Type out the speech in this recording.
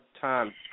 time